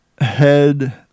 head